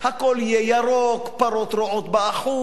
הכול יהיה ירוק, פרות רועות באחו,